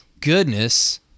goodness